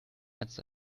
als